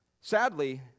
Sadly